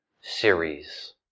series